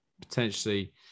potentially